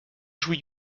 jouit